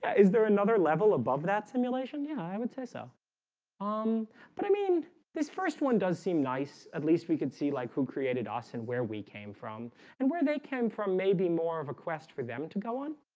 is there another level above that simulation yeah, i would so so um but i mean this first one does seem nice at least we could see like who created us and where we came from and where they came from maybe more of a quest for them to go on